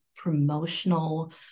promotional